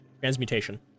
Transmutation